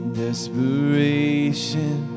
desperation